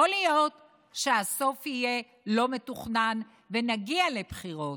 יכול להיות שהסוף יהיה לא מתוכנן ונגיע לבחירות,